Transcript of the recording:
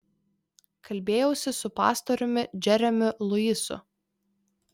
kalbėjausi su pastoriumi džeremiu luisu